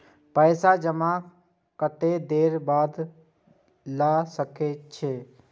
जमा पैसा कतेक देर बाद ला सके छी?